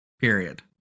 Period